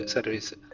Service